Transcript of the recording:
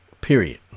Period